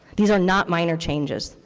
these are not minor changes.